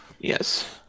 Yes